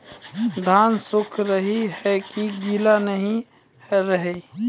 धान सुख ही है की गीला नहीं रहे?